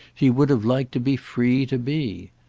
he would have liked to be free to be.